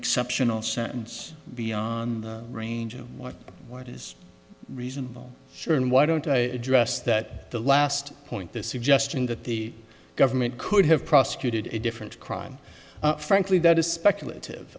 exceptional sentence beyond the range of what what is reasonable sure and why don't i address that the last point the suggestion that the government could have prosecuted a different crime frankly that is speculative